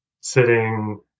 sitting